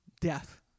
death